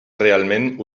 realment